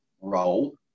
role